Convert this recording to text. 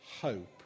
hope